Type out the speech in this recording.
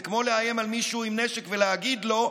זה כמו לאיים בנשק על מישהו ולהגיד לו: